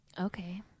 okay